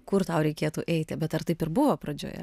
kur tau reikėtų eiti bet ar taip ir buvo pradžioje